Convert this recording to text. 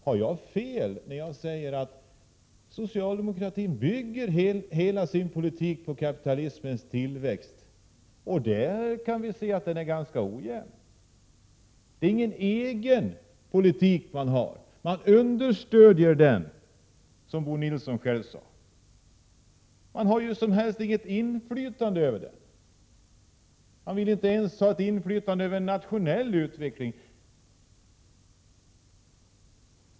Har jag fel när jag säger att socialdemokratin bygger hela sin politik på kapitalismens tillväxt? Den kan vi ju se är ganska ojämn. Det är ingen egen politik man har. Som Bo Nilsson själv sade understödjer man den. Man har inget som helst inflytande över den. Man vill inte ens ha ett inflytande över den nationella utvecklingen.